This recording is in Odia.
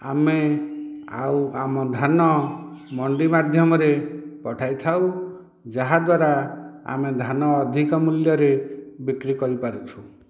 ଆମେ ଆଉ ଆମ ଧାନ ମଣ୍ଡି ମାଧ୍ୟମରେ ପଠାଇଥାଉ ଯାହାଦ୍ଵାରା ଆମେ ଧାନ ଅଧିକ ମୂଲ୍ୟରେ ବିକ୍ରି କରିପାରୁଛୁ